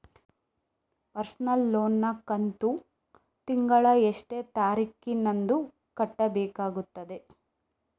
Personal loan ನ ಕಂತು ತಿಂಗಳ ಎಷ್ಟೇ ತಾರೀಕಿನಂದು ಕಟ್ಟಬೇಕಾಗುತ್ತದೆ?